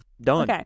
Done